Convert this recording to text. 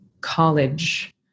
college